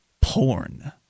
Porn